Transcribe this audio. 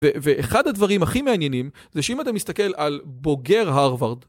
ואחד הדברים הכי מעניינים זה שאם אתה מסתכל על בוגר הרווארד